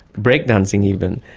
breakdancing even.